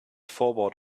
forward